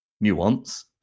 nuance